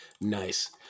Nice